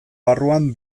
barruan